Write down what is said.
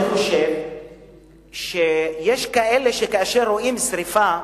אני חושב שיש כאלה שכאשר הם רואים שרפה,